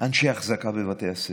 אנשי אחזקה בבתי הספר,